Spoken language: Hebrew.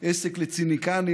עסק לציניקנים,